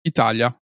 Italia